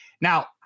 Now